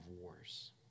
wars